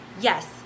yes